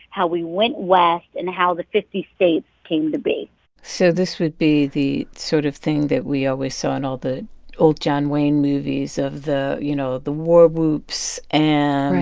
how we went west and how the fifty states came to be so this would be the sort of thing that we always saw in all the old john wayne movies of the, you know, the war whoops and.